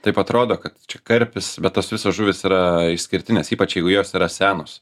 taip atrodo kad čia karpis bet tos visos žuvys yra išskirtinės ypač jeigu jos yra senos